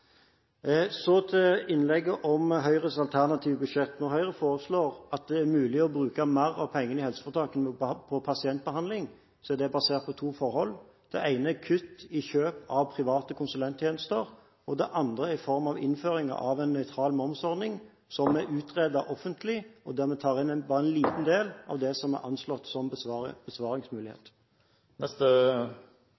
Så til innlegget om Høyres alternative budsjett. Når Høyre foreslår at det er mulig å bruke mer av pengene i helseforetakene på pasientbehandling, er det basert på to forhold. Det ene er kutt i kjøp av private konsulenttjenester, og det andre er i form av innføring av en nøytral momsordning som er offentlig utredet, og dermed tar inn bare en liten del av det som er anslått.